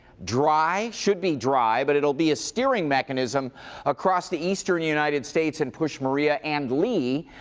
dry. should be dry. but it will be a steering mechanism across the eastern united states and push maria and lee,